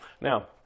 Now